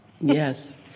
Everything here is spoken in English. yes